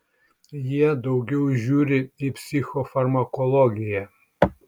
jie daugiau žiūri į psichofarmakologiją